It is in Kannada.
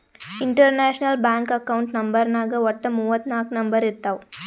ಇಂಟರ್ನ್ಯಾಷನಲ್ ಬ್ಯಾಂಕ್ ಅಕೌಂಟ್ ನಂಬರ್ನಾಗ್ ವಟ್ಟ ಮೂವತ್ ನಾಕ್ ನಂಬರ್ ಇರ್ತಾವ್